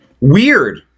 Weird